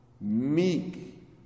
Meek